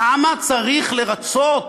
כמה צריך לרצות